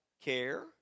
care